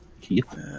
Keith